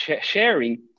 sharing